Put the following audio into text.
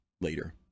later